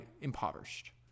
impoverished